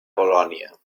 polònia